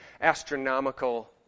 astronomical